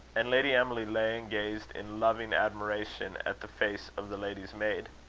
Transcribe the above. and lady emily lay and gazed in loving admiration at the face of the lady's-maid.